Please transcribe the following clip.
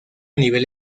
nivel